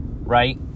right